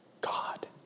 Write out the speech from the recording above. God